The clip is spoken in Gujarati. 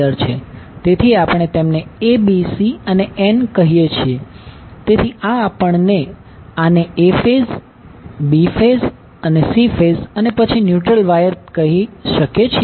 તેથી આપણે તેમને ABC અને n કહીએ છીએ તેથી આ આપણે આને A ફેઝ B ફેઝ અને C ફેઝ અને પછી ન્યુટ્રલ વાયર કહી શકીએ છીએ